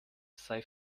sei